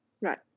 Right